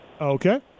Okay